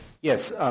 Yes